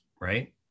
right